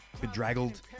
bedraggled